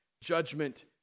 Judgment